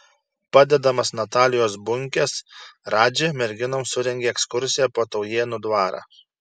padedamas natalijos bunkės radži merginoms surengė ekskursiją po taujėnų dvarą